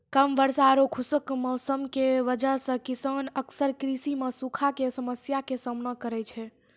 कम वर्षा आरो खुश्क मौसम के वजह स किसान अक्सर कृषि मॅ सूखा के समस्या के सामना करै छै